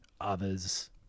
others